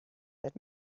that